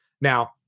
Now